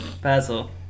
Basil